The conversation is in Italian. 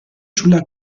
sulla